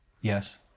Yes